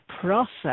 process